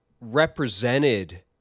represented